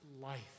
life